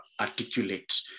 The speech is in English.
articulate